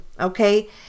okay